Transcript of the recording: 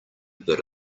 bit